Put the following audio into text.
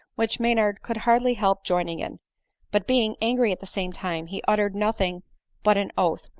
which maynard could hardly help joining in but being angry at the same time, he uttered nothing but an oath,